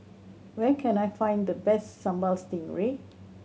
where can I find the best Sambal Stingray